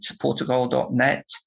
portugal.net